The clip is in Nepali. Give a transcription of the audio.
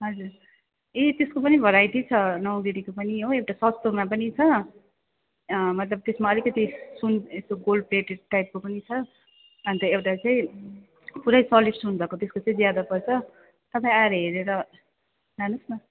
हजुर ए त्यसको पनि भराइटिज छ नौगेडीको पनि हो एउटा सस्तोमा पनि छ मतलब त्यसमा अलिकति सुन त्यसको गोल्ड प्लेटेड टाइपको पनि छ अनि त एउटा चाहिँ पुरै सोलिड सुन भएको त्यसको चाहिँ ज्यादा पर्छ तपाईँ आएर हेरेर लानुहोस् न